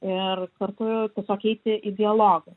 ir kartu tiesiog eiti į dialogą